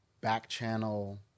back-channel